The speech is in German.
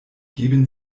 geben